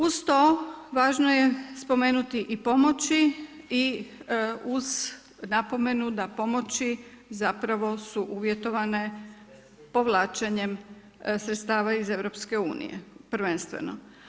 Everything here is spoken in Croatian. Uz to važno je spomenuti i pomoći i uz napomenu da pomoći zapravo su uvjetovane povlačenjem sredstava iz EU prvenstveno.